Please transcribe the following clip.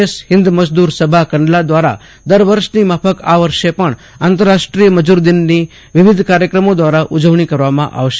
S Hind Mazdoor Sabha Kandla દ્વારા દરવર્ષની માફક આ વર્ષે પણ આંતરરાષ્ટ્રીય મજદૂર દિનની વિવિધ કાર્યક્રમો દ્વારા ઉજવણી કરવામાં આવશે